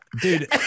Dude